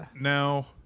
Now